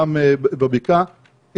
גם בבקעה,